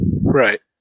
Right